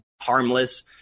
harmless